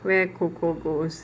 where coco goes